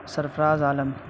سرفراز عالم